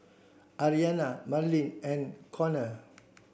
Aryana Marlin and Conner